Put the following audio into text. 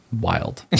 wild